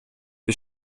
wir